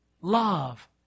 love